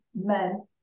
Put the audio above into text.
men